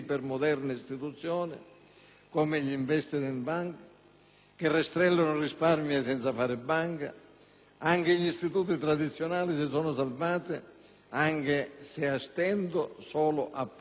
(come le *investment banks*, che rastrellano risparmi senza fare banca), anche gli istituti tradizionali si sono salvati, pur se a stento, solo, appunto, facendo banca.